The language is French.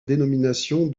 dénomination